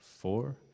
four